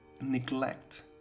neglect